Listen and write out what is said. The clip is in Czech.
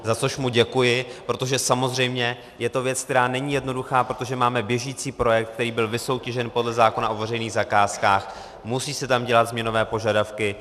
Za což mu děkuji, protože samozřejmě je to věc, která není jednoduchá, protože máme běžící projekt, který byl vysoutěžen podle zákona o veřejných zakázkách, musí se tam dělat změnové požadavky.